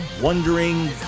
wondering